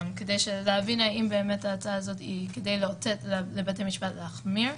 כדי להבין אם באמת ההצעה הזו היא כדי לאותת לבית המשפט להחמיר,